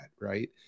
Right